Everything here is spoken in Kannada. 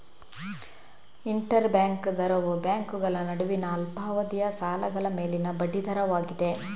ಇಂಟರ್ ಬ್ಯಾಂಕ್ ದರವು ಬ್ಯಾಂಕುಗಳ ನಡುವಿನ ಅಲ್ಪಾವಧಿಯ ಸಾಲಗಳ ಮೇಲಿನ ಬಡ್ಡಿ ದರವಾಗಿದೆ